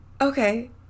Okay